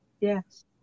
Yes